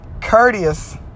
courteous